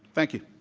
thank you.